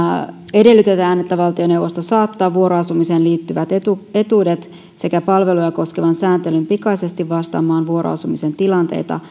edellytetään että valtioneuvosto saattaa vuoroasumiseen liittyvät etuudet sekä palveluja koskevan sääntelyn pikaisesti vastaamaan vuoroasumisen tilanteita